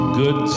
good